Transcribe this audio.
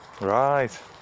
right